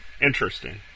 Interesting